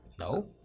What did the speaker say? No